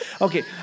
Okay